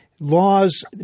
laws